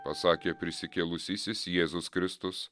pasakė prisikėlusysis jėzus kristus